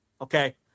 Okay